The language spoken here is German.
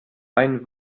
ein